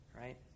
right